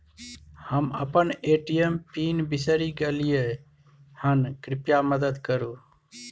हम अपन ATM PIN बिसरि गलियै हन, कृपया मदद करु